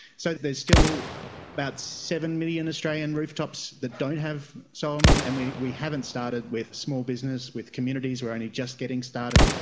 so there's still about seven million australian rooftops that don't have solar on them and we we haven't started with small business, with communities, we are only just getting started.